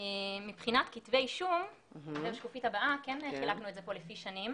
מבחינת כתבי אישום פה כן חילקנו לפי שנים,